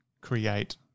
create